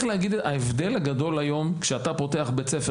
ההבדל הגדול הוא שהיום כשאתה פותח בית ספר